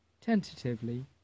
Tentatively